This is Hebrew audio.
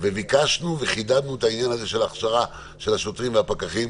ביקשנו וחידדנו את העניין הזה של הכשרה של השוטרים והפקחים,